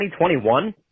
2021